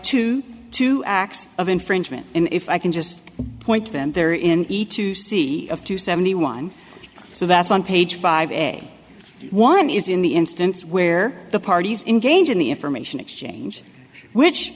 to two acts of infringement and if i can just point them there in each to see of two seventy one so that's on page five and one is in the instance where the parties in gauging the information exchange which